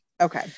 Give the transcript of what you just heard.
okay